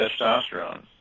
testosterone